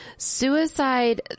Suicide